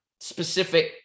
specific